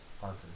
Parker